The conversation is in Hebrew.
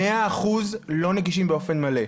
מאה אחוז לא נגישים באופן מלא.